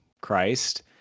Christ